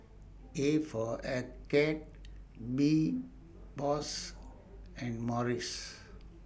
A For Arcade B Bose and Morries